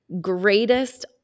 greatest